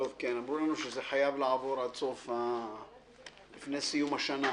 כן, אמרו לנו שזה חייב לעבור לפני סיום השנה.